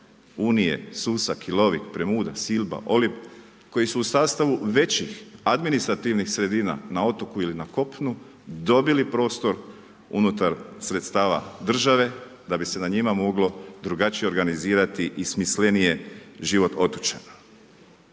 Unije, Susak, Premuda, Silba, Olib, koji su u sastavu većih administrativnih sredina na otoku ili na kopnu, dobili prostor unutar sredstava države da bi se na njima moglo drugačije organizirati i smislenije život otočana.